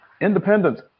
Independence